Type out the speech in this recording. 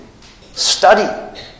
study